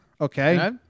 Okay